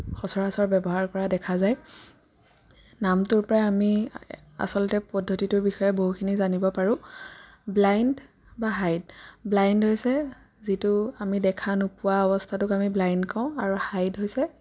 সচৰাচৰ ব্যৱহাৰ কৰা দেখা যায় নামটোৰ পৰাই আমি আচলতে পদ্ধতিটোৰ বিষয়ে বহুতখিনি জানিব পাৰোঁ ব্লাইণ্ড বা হাইড ব্লাইণ্ড হৈছে যিটো আমি দেখা নোপোৱা অৱস্থাটোক আমি ব্লাইণ্ড কওঁ আৰু হাইড হৈছে